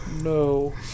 No